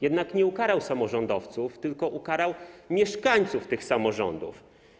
Jednak nie ukarał samorządowców, tylko ukarał mieszkańców tych samorządów.